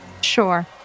Sure